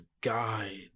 guide